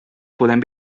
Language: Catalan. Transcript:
podem